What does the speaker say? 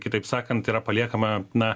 kitaip sakant yra paliekama na